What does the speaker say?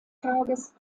tages